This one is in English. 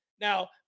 Now